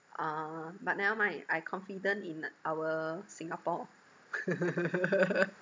uh but never mind I confident in our singapore